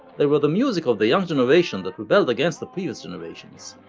they were the music of the young generation that rebelled against the previous generations,